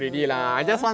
know it lah